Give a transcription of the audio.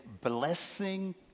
blessing